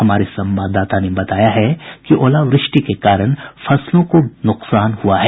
हमारे संवाददाता ने बताया है कि ओलावृष्टि के कारण फसलों को व्यापक नुकसान हुआ है